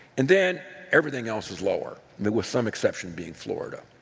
and then everything else is lower but with some exception being florida.